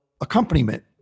accompaniment